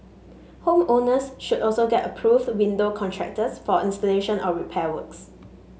home owners should also get approved window contractors for installation or repair works